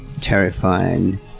terrifying